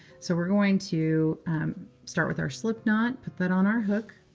so we're going to start with our slip knot. put that on our hook.